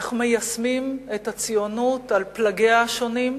איך מיישמים את הציונות על פלגיה השונים.